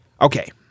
Okay